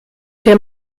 der